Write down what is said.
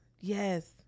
Yes